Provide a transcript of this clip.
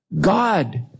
God